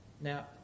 Now